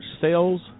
sales